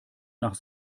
nach